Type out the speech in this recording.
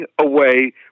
away